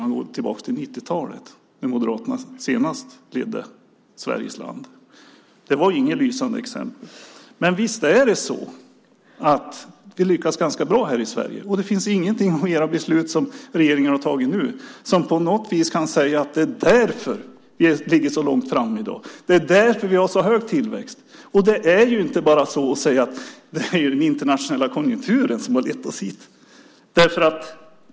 Jag går tillbaka till 1990-talet då Moderaterna senast ledde vårt land. Det var inget lysande exempel. Men visst är det så att vi i Sverige lyckas ganska bra? Det finns ingenting i de beslut som regeringen nu har tagit om vilket vi på något vis kan säga att det är därför som vi i dag ligger så långt framme och har så hög tillväxt. Det går inte att bara säga att det är den internationella konjunkturen som har lett oss hit.